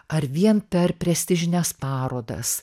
ar vien per prestižines parodas